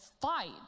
fight